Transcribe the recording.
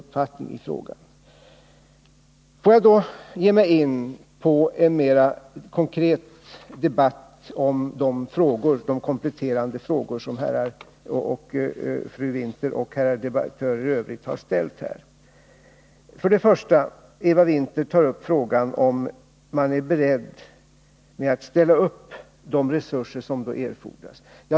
Låt mig så gå in på en mer konkret debatt om de kompletterande frågor som Eva Winther och övriga debattörer har ställt. Eva Winther tar upp frågan om vi är beredda att ställa upp med de resurser som erfordras.